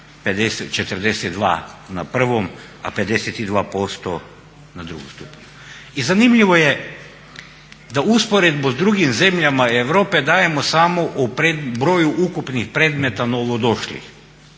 42 na prvom, a 52% na drugom stupnju. I zanimljivo je da u usporedbi s drugim zemljama Europe dajemo samo u broju ukupnih predmeta novodošlih,